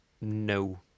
no